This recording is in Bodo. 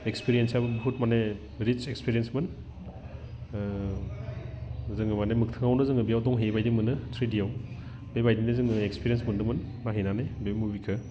एक्सपिरियेन्सआबो बुहुत माने रिच एक्सपिरियेन्समोन जोङो माने मोगथाङावनो जोङो बेयाव दंहैयो बायदि मोनो थ्रिडियाव बेबायदिनो जोङो एक्सपिरियेन्स मोन्दोंमोन नायहैनानै बे मुभिखौ